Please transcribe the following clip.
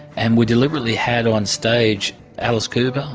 and we deliberately had on stage alice cooper,